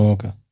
Okay